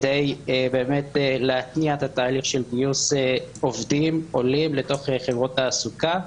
כדי באמת להתניע את התהליך של גיוס עובדים עולים לתוך חברות תעסוקה.